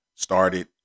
started